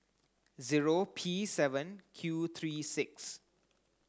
zero P seven Q three six